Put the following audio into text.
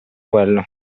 quella